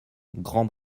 grands